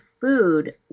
food